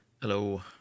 hello